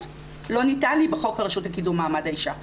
לא ניתן לי בחוק הרשות לקידום מעמד האישה.